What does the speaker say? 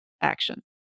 action